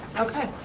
okay.